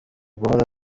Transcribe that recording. guhora